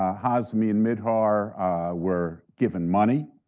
ah hazmi and mihdhar were given money.